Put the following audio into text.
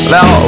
Now